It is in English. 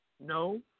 No